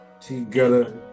together